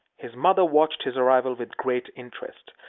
his mother watched his arrival with great interest.